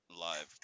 live